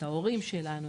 את ההורים שלנו,